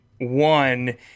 one